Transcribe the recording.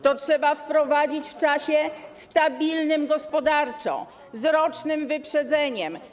Trzeba to wprowadzić w czasie stabilnym gospodarczo, z rocznym wyprzedzeniem.